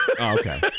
Okay